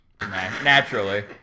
Naturally